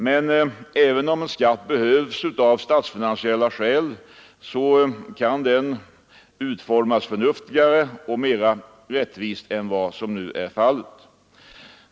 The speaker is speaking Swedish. Men även om en skatt behövs av statsfinansiella skäl kan den utformas förnuftigare och rättvisare än vad som nu är fallet.